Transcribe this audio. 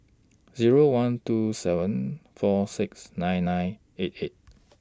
Zero one two seven four six nine nine eight eight